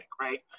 right